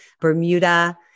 Bermuda